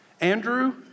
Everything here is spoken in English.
Andrew